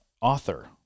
author